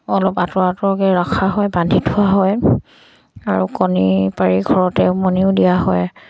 অলপ আঁতৰ আঁতৰকে ৰখা হয় বান্ধি থোৱা হয় আৰু কণী পাৰি ঘৰতে উমনিও দিয়া হয়